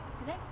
Today